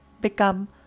become